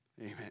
Amen